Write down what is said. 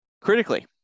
critically